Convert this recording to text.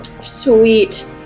Sweet